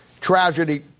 tragedy